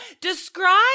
Describe